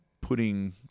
putting